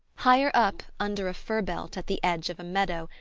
higher up, under a fir-belt, at the edge of a meadow,